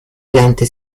piante